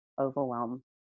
overwhelm